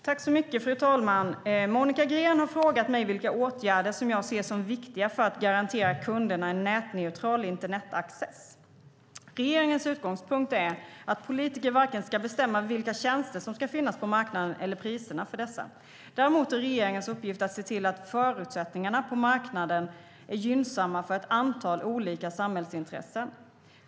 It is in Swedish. Fru talman! Monica Green har frågat mig vilka åtgärder jag ser som viktiga för att garantera kunderna en nätneutral internetaccess. Regeringens utgångspunkt är att politiker varken ska bestämma vilka tjänster som ska finnas på marknaden eller priserna för dessa. Däremot är regeringens uppgift att se till att förutsättningarna på marknaden är gynnsamma för ett antal olika samhällsintressen.